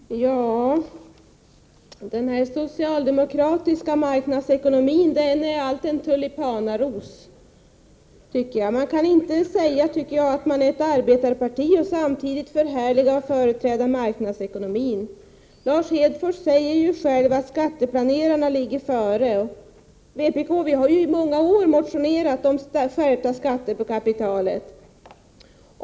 Herr talman! Den här socialdemokratiska marknadsekonomin är allt en tulipanaros, tycker jag. Man kan inte säga att man är ett arbetarparti och samtidigt förhärliga och företräda marknadsekonomin. Lars Hedfors säger ju själv att skatteplanerarna ligger före. Vi i vpk har i många år motionerat om skärpta skatter på kapitalet.